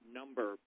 number